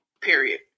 period